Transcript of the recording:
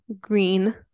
green